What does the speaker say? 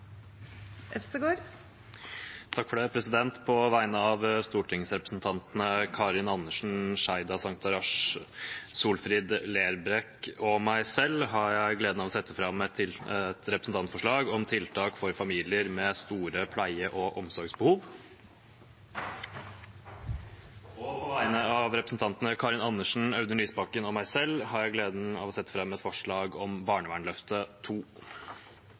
På vegne av representantene Karin Andersen, Sheida Sangtarash, Solfrid Lerbrekk og meg selv har jeg gleden av å sette fram et representantforslag om tiltak for familier med store pleie- og omsorgsbehov. På vegne av representantene Karin Andersen, Audun Lysbakken og meg selv har jeg gleden av å sette fram et forslag om barnevernløftet